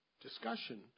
discussion